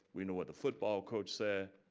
we know what the football coach said.